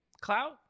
clout